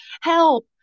help